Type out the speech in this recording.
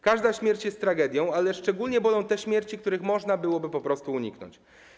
Każda śmierć jest tragedią, ale szczególnie bolą te śmierci, których można byłoby po prostu uniknąć.